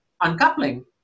uncoupling